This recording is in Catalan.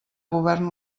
govern